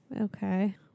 Okay